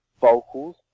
vocals